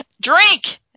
Drink